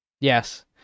Yes